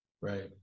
right